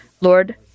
Lord